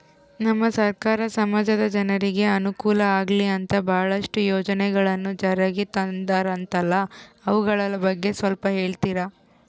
ನಮ್ಮ ಸರ್ಕಾರ ಸಮಾಜದ ಜನರಿಗೆ ಅನುಕೂಲ ಆಗ್ಲಿ ಅಂತ ಬಹಳಷ್ಟು ಯೋಜನೆಗಳನ್ನು ಜಾರಿಗೆ ತಂದರಂತಲ್ಲ ಅವುಗಳ ಬಗ್ಗೆ ಸ್ವಲ್ಪ ಹೇಳಿತೀರಾ?